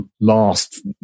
last